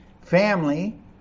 family